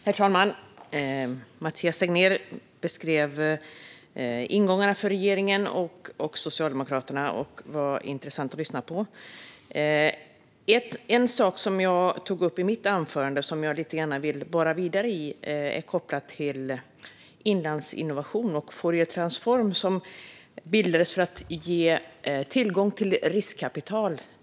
Herr talman! Mathias Tegnér beskrev ingångarna för regeringen och Socialdemokraterna. Det var intressant att lyssna på. En sak som jag tog upp i mitt anförande och som jag lite grann vill borra vidare i är kopplat till Inlandsinnovation och Fouriertransform, som bildades för att ge tillgång till riskkapital.